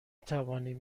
توانیم